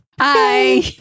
Hi